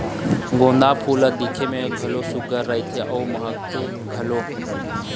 गोंदा फूल ह दिखे म घलोक सुग्घर रहिथे अउ महकथे घलोक